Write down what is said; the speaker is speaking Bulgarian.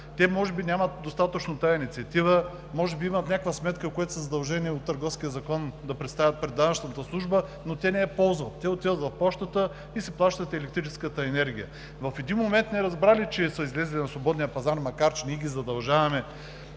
Те може би нямат достатъчно инициатива, може би имат някаква сметка, която са задължени от Търговския закон да представят пред данъчната служба, но не я ползват. Те отиват в Пощата и си плащат електрическата енергия. В един момент, неразбрали, че са излезли на свободния пазар, макар че ние задължаваме